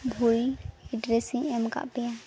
ᱵᱷᱩᱞ ᱮᱰᱨᱮᱥᱤᱧ ᱮᱢ ᱟᱠᱟᱫ ᱯᱮᱭᱟ